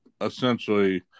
essentially